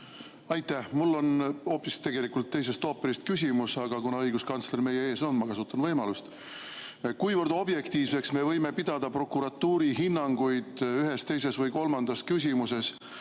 Aitäh! Mul on küsimus hoopis teisest ooperist, aga kuna õiguskantsler meie ees on, siis ma kasutan võimalust. Kuivõrd objektiivseks me võime pidada prokuratuuri hinnanguid ühes, teises või kolmandas küsimuses?